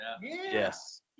Yes